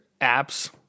apps